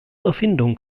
erfindung